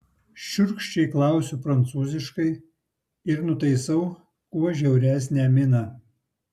šiurkščiai klausiu prancūziškai ir nutaisau kuo žiauresnę miną